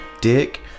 Dick